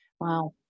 Wow